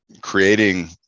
creating